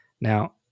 now